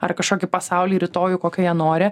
ar kažkokį pasaulį rytojų kokio jie nori